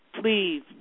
please